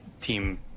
team